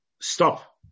stop